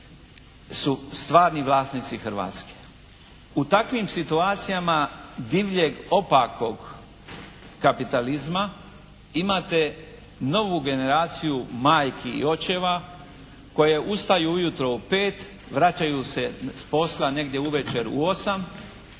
U takvim situacijama divljeg, opakog kapitalizma imate novu generaciju majki i očeva koje ustaju ujutro u 5, vraćaju se s posla negdje uvečer u 8